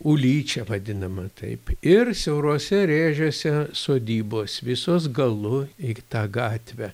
ulyčia vadinama taip ir siauruose rėžiuose sodybos visos galu į tą gatvę